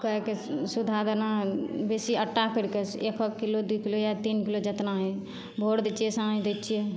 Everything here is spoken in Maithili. गायके सुधा दाना बेसी आटा करिके एक एक किलो दुइ किलो या तीन किलो जेतना होइ भोर दै छियै साँझ दै छियै